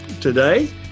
today